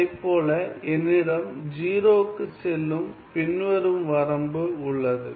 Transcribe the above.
அதைப் போல என்னிடம் 0 க்குச் செல்லும் பின்வரும் வரம்பு உள்ளது